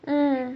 mm